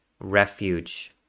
refuge